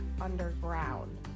underground